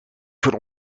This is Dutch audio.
voor